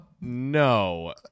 no